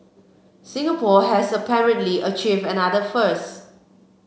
Singapore has apparently achieved another first